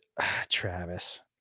Travis